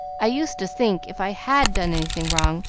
i used to think if i had done anything wrong,